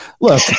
Look